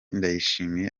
ndayishimiye